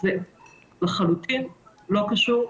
זה לחלוטין לא קשור.